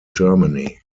germany